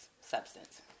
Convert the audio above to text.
substance